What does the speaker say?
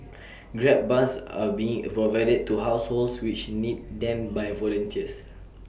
grab bars are being provided to households which need them by volunteers